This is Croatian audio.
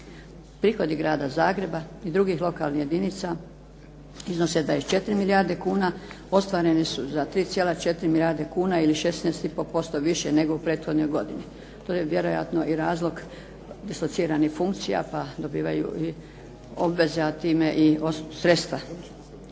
Prihodi Grada Zagreba i drugih lokalnih jedinica iznose 24 milijarde kuna, ostvarene su za 3,4 milijarde kuna ili 16,5% više nego u prethodnoj godini. To je vjerojatno i razlog dislociranih funkcija pa dobivaju i obveze, a time i sredstva.